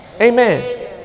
Amen